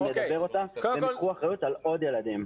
והם ייקחו אחריות על עוד תלמידים.